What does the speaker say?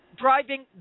driving